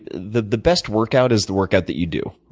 the the best workout is the workout that you do,